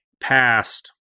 past